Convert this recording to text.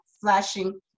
flashing